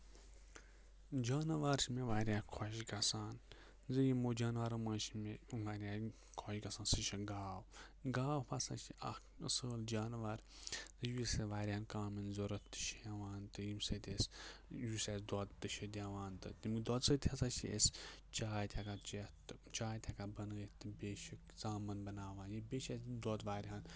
جاناوار چھِ مےٚ واریاہ خۄش گَژھان زِ یِمو جانوَرو منٛز چھِ مےٚ واریاہ خۄش گَژھان سُہ چھِ گاو گاو ہَسا چھِ اَکھ اَصۭل جانوَر یُس اَسہِ واریَہَن کامٮ۪ن ضوٚرَتھ تہِ چھِ یِوان تہٕ ییٚمہِ سۭتۍ أسۍ یُس اَسہِ دۄد تہِ چھِ دِوان تہٕ تَمہِ دۄدٕ سۭتۍ ہَسا چھِ أسۍ چاے تہِ ہٮ۪کان چٮ۪تھ تہٕ چاے تہِ ہٮ۪کان بَنٲیِتھ تہٕ بیٚیہِ چھِ ژامَن بَناوان بیٚیہِ چھِ اَسہِ دۄد واریاہَن